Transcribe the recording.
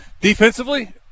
Defensively